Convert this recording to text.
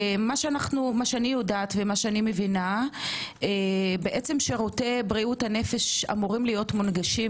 מה שאני יודעת ומבינה - שירותי בריאות הנפש אמורים להיות מונגשים,